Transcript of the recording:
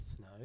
No